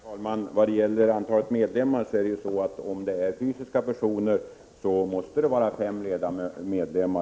Herr talman! I vad gäller antalet medlemmar är det ju så, att om det är fysiska personer, måste det vara fem medlemmar.